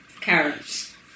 Carrots